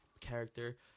character